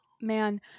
Man